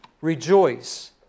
rejoice